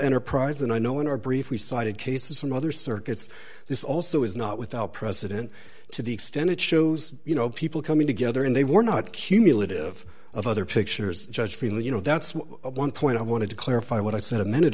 enterprise and i know in our brief we decided cases from other circuits this also is not without precedent to the extent it shows you know people coming together and they were not cumulative of other pictures judge feel you know that's one point i wanted to clarify what i said a minute